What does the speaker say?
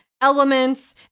elements